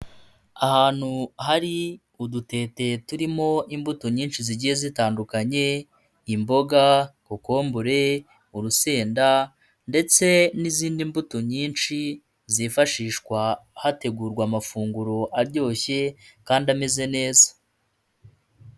Ahantu hari udutete turimo imbuto nyinshi zigiye zitandukanye, imboga, kokombure, urusenda ndetse n'izindi mbuto nyinshi zifashishwa hategurwa amafunguro aryoshye kandi ameze neza.